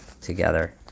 together